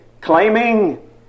claiming